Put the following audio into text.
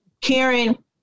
Karen